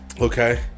okay